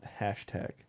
hashtag